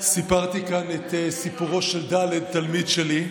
סיפרתי כאן את סיפורו של ד', תלמיד שלי,